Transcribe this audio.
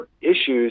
issues